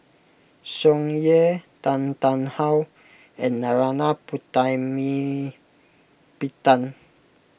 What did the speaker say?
Tsung Yeh Tan Tarn How and Narana Putumaippittan